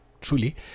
truly